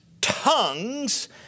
tongues